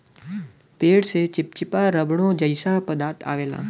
पेड़ से चिप्चिपा रबड़ो जइसा पदार्थ अवेला